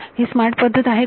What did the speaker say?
ही smart पद्धत आहे का